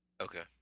Okay